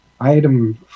Item